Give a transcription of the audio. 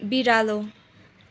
बिरालो